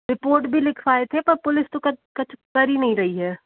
report भी लिखवाए थे पर पुलिस तो कछु कर ही नहीं रही है